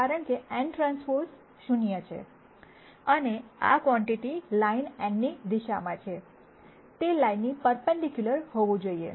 કારણ કે nT 0 છે અને આ કવોન્ટિટી લાઇન n ની દિશામાં છે તે લાઇનની પર્પન્ડિક્યુલર હોવું જોઈએ